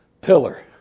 pillar